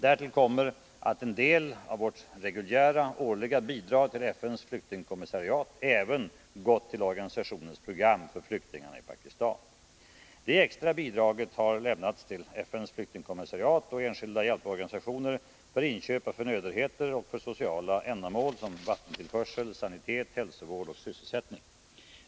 Därtill kommer att en del av vårt reguljära årliga bidrag till FN:s flyktingkommissariat även gått till organisationens program för flyktingarna i Pakistan. Det extra bidraget har lämnats till FN:s flyktingkommissariat och enskilda hjälporganisationer för inköp av förnödenheter och för sociala ändamål som vattentillförsel, sanitet, hälsovård och sysselsättning.